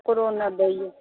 ककरो नहि दैए